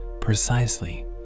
precisely